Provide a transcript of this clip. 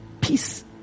peace